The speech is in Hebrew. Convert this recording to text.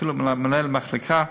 אפילו מנהל מחלקה,